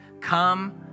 Come